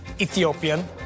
Ethiopian